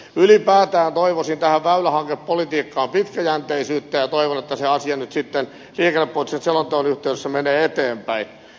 ylipäätään toivoisin tähän väylähankepolitiikkaan pitkäjänteisyyttä ja toivon että se asia nyt sitten liikennepoliittisen selonteon yhteydessä menee eteenpäin